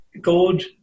God